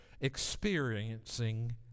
experiencing